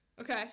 Okay